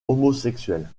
homosexuel